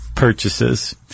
Purchases